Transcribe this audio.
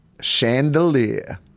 Chandelier